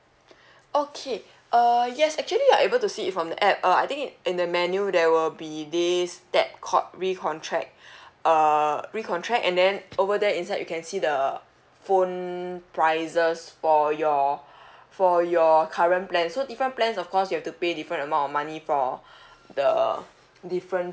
okay uh yes actually you are able to see it from the app uh I think in the menu there will be this tab called recontract uh recontract and then over there inside you can see the phone prices for your for your current plan so different plans of course you have to pay different amount of money for the different